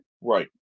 Right